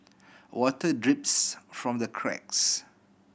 water drips from the cracks